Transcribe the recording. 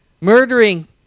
murdering